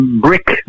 brick